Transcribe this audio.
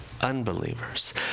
unbelievers